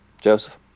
Joseph